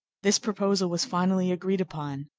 this proposal was finally agreed upon.